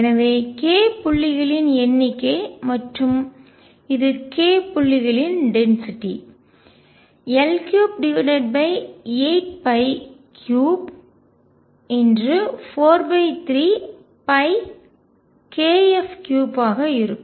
எனவே k புள்ளிகளின் எண்ணிக்கை மற்றும் இது k புள்ளிகளின் டென்சிட்டிஅடர்த்தி L38343kF3 ஆக இருக்கும்